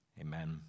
Amen